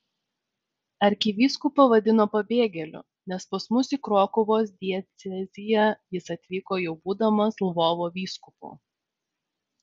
arkivyskupą vadino pabėgėliu nes pas mus į krokuvos dieceziją jis atvyko jau būdamas lvovo vyskupu